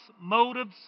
motives